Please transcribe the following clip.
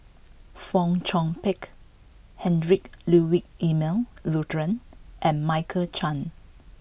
Fong Chong Pik Heinrich Ludwig Emil Luering and Michael Chiang